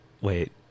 Wait